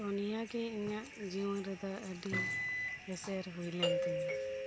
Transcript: ᱛᱚ ᱱᱤᱭᱟᱹ ᱜᱮ ᱤᱧᱟᱧᱜ ᱡᱤᱭᱚᱱ ᱨᱮ ᱫᱚ ᱟᱹᱰᱤ ᱮᱥᱮᱨ ᱦᱩᱭ ᱞᱮᱱ ᱛᱤᱧᱟᱹ